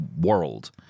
world